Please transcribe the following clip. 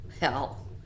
Hell